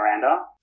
Miranda